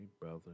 brother